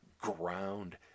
ground